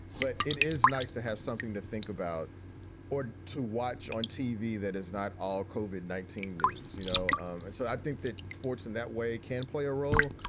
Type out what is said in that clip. but it is nice to have something to think about or to watch on tv. that is not all. cauvin, nineteen news, you know. and so i think that sports in that way can play a role.